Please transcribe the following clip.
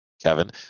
Kevin